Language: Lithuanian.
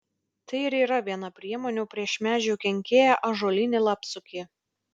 tai ir yra viena priemonių prieš medžių kenkėją ąžuolinį lapsukį